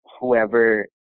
whoever